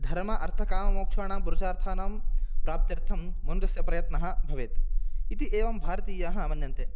धर्म अर्थ काम मोक्षाणां पुरुषार्थानां प्राप्त्यर्थं मनुजस्य प्रयत्नः भवेत् इति एवं भारतीयाः मन्यन्ते